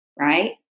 right